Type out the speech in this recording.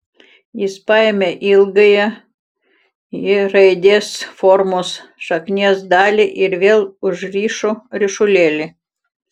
jis paėmė ilgąją y raidės formos šaknies dalį ir vėl užrišo ryšulėlį